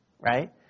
Right